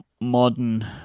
modern